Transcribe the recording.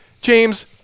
James